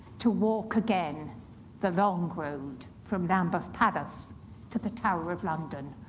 to walk again the long road from lambeth palace to the tower of london,